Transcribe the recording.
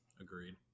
Agreed